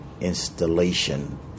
installation